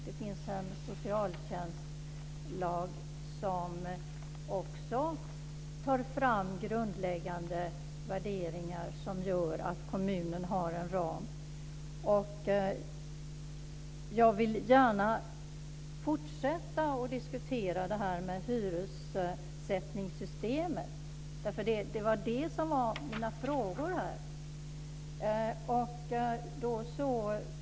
Det finns en socialtjänstlag som också lyfter fram grundläggande värderingar, som gör att kommunen har en ram. Jag vill gärna fortsätta att diskutera hyressättningssystemet. Det var det som mina frågor gällde.